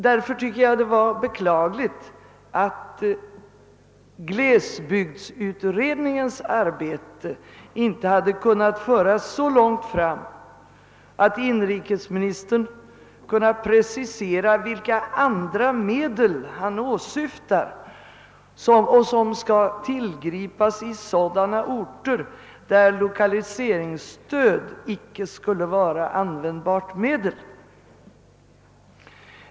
Därför tycker jag det var beklagligt att glesbygdsutredningens arbete inte hade kunnat föras så långt fram, att inrikesministern kunnat precisera vilka andra medel han åsyftar som skall tillgripas i sådana orter, där lokaliseringsstöd icke skulle vara ett användbart medel.